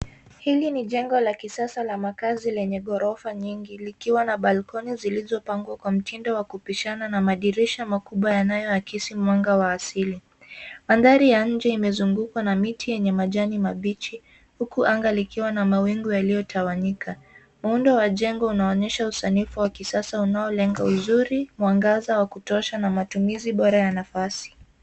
Hili ni jengo la kisasa la makazi lenye ghorofa nyingi likiwa na balcony zilizopangwa kwa mtindo wa kupishana na madirisha makubwa yanayoakisi mwanga wa asili. Mandhari ya nje imezungukwa na miti yenye majani mabichi huku anga likiwa na mawingu yaliyotawanyika. Muundo wa jengo unaonyesha usanifu wa kisasa unaolenga uzuri, mwangaza wa kutosha na matumizi bora ya nafasi.